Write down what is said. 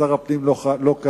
שר הפנים לא כאן,